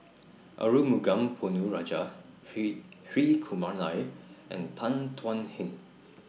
Arumugam Ponnu Rajah Hri Hri Kumar Nair and Tan Thuan Heng